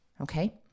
Okay